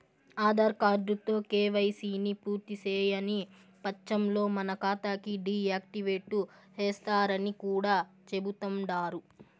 ఆదార్ కార్డుతో కేవైసీని పూర్తిసేయని వచ్చంలో మన కాతాని డీ యాక్టివేటు సేస్తరని కూడా చెబుతండారు